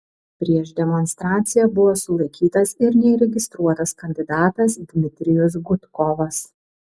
prieš demonstraciją buvo sulaikytas ir neįregistruotas kandidatas dmitrijus gudkovas